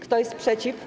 Kto jest przeciw?